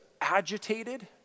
agitated